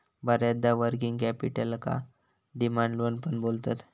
बऱ्याचदा वर्किंग कॅपिटलका demand loan पण बोलतत